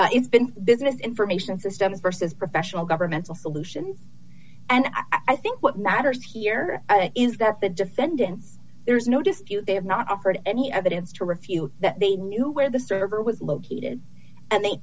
itself it's been business information system versus professional governmental solution and i think what matters here is that the defendant there's no dispute they have not offered any evidence to refute that they knew where the server was located and they